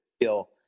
feel